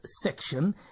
section